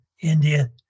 India